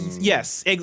Yes